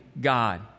God